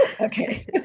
Okay